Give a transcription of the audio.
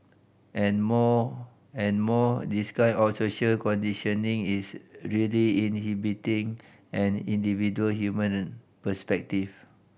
and more and more this kind of social conditioning is really inhibiting an individual human perspective